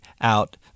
out